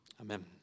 Amen